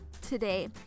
today